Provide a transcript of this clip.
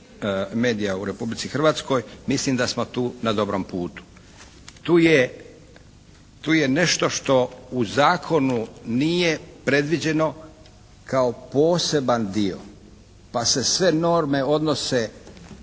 medija u Republici Hrvatskoj, mislim da smo tu na dobrom putu. Tu je nešto što u zakonu nije predviđeno kao poseban dio, pa se sve norme odnose